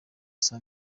saa